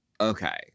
Okay